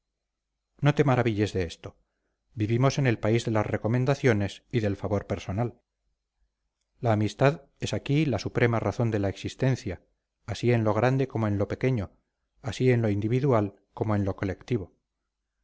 no te maravilles de esto vivimos en el país de las recomendaciones y del favor personal la amistad es aquí la suprema razón de la existencia así en lo grande como en lo pequeño así en lo individual como en lo colectivo